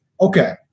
Okay